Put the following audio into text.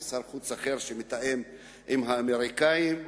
ושר חוץ אחר שמתאם עם האמריקנים,